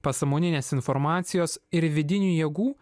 pasąmoninės informacijos ir vidinių jėgų